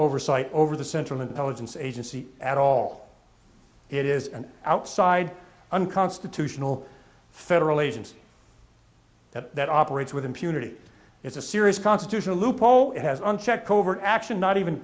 oversight over the central intelligence agency at all it is an outside unconstitutional federal agency that operates with impunity it's a serious constitutional loophole it has unchecked covert action not even